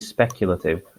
speculative